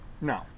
No